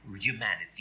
humanity